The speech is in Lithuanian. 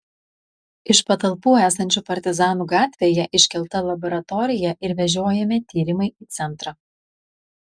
iš patalpų esančių partizanų gatvėje iškelta laboratorija ir vežiojami tyrimai į centrą